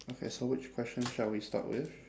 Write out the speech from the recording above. okay so which question shall we start with